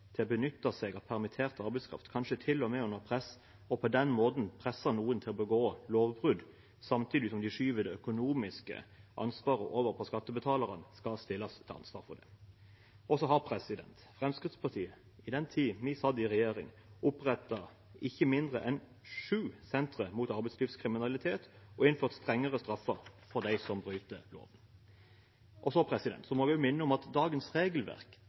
til å benytte seg av permittert arbeidskraft, kanskje til og med under press, og på den måten presser noen til å begå lovbrudd, samtidig som de skyver det økonomiske ansvaret over på skattebetalerne, skal stilles til ansvar for det. Og så har Fremskrittspartiet, i den tiden vi satt i regjering, opprettet ikke mindre enn syv sentre mot arbeidslivskriminalitet og innført strengere straffer for dem som bryter loven. Så må vi også minne om at dagens regelverk